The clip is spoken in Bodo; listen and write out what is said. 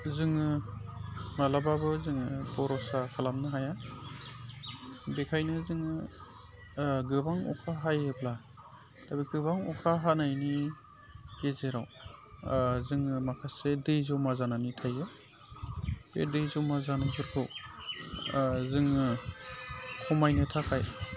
जोङो माब्लाबाबो जोङो बरसा खालामनो हाया बेखायनो जोङो गोबां अखा हायोब्ला बे गोबां अखा हानायनि गेजेराव जोङो माखासे दै जमा जानानै थायो बे दै जमा जानायखौ जोङो खमायनो थाखाय